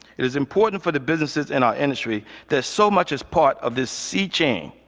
it is important for the businesses in our industry that so much is part of this sea-change,